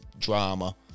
drama